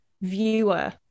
viewer